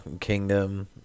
Kingdom